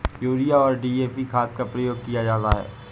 urea और DAP खाद का प्रयोग किया जाता है